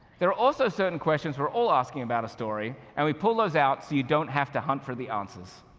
there are also certain questions we are all asking about a story, and we pull those out so you don't have to hunt for the answers.